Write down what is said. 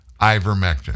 ivermectin